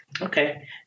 Okay